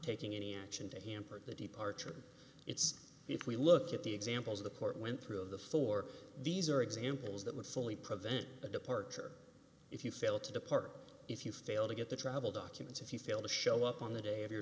taking any action to hamper the departure it's if we look at the examples the court went through of the four these are examples that would fully prevent a departure if you fail to depart if you fail to get the travel documents if you fail to show up on the day of your